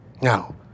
Now